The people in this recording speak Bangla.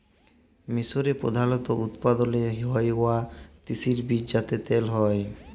মিসরে প্রধালত উৎপাদল হ্য়ওয়া তিসির বীজ যাতে তেল হ্যয়